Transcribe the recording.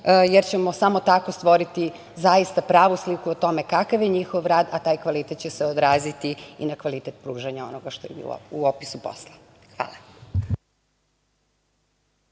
jer ćemo samo tako stvoriti zaista pravu sliku o tome kakav je njihov rad, a taj kvalitet će se odraziti i na kvalitet pružanja što bi bilo u opisu posla. Hvala.